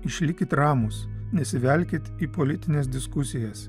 išlikit ramūs nesivelkit į politines diskusijas